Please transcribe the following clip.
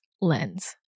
lens